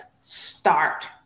start